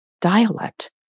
dialect